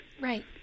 Right